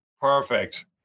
Perfect